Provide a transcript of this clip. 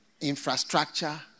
infrastructure